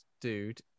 dude